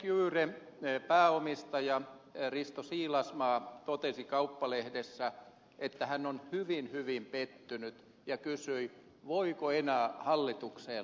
f securen pääomistaja risto siilasmaa totesi kauppalehdessä että hän on hyvin hyvin pettynyt ja kysyi voiko enää hallitukseen luottaa